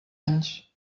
anys